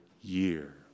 year